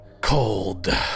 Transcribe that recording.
cold